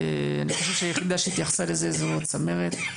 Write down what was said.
אני חושב שהיחידה שהתייחסה לזה זו צמרת.